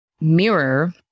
mirror